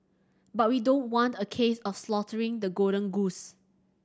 but we don't want a case of slaughtering the golden goose